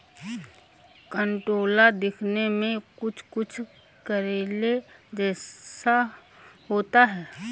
कंटोला दिखने में कुछ कुछ करेले जैसा होता है